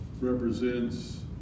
represents